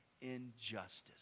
injustice